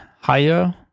higher